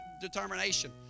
determination